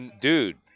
dude